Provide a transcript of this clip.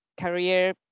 career